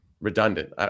redundant